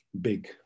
big